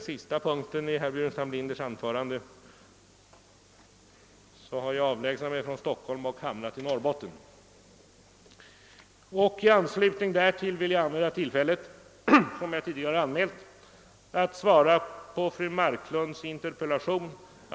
Utskottet har behandlat saken i sitt utlåtande, och den har även tagits upp i debatten. Jag har därför inte mycket att tillägga på den punkten.